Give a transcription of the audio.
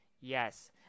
yes